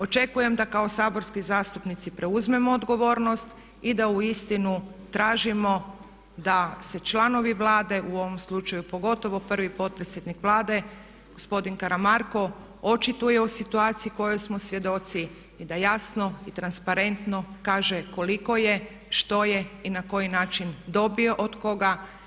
Očekujem da kao saborski zastupnici preuzmemo odgovornost i da uistinu tražimo da se članovi Vlade, u ovom slučaju pogotovo prvi potpredsjednik Vlade gospodin Karamarko očituje o situaciji kojoj smo svjedoci i da jasno i transparentno kaže koliko je, što je i na koji način dobio od koga?